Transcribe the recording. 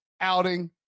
outing